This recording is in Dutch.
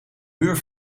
uur